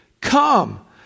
come